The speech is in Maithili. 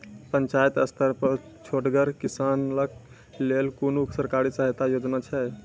पंचायत स्तर पर छोटगर किसानक लेल कुनू सरकारी सहायता योजना छै?